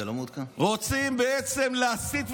רוצים בעצם להסית ולהדיח.